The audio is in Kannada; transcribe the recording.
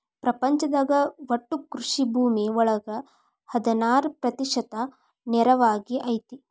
ಪ್ರಪಂಚದಾಗ ಒಟ್ಟು ಕೃಷಿ ಭೂಮಿ ಒಳಗ ಹದನಾರ ಪ್ರತಿಶತಾ ನೇರಾವರಿ ಐತಿ